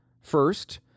First